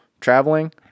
traveling